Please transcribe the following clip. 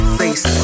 face